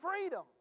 freedom